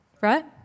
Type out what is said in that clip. Right